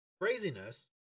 craziness